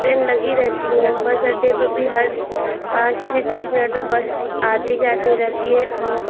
train लगी रहती हैं बस अड्डे पर भी हर पाँच से दस मिनट में बस आती जाती रहती है हम